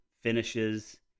finishes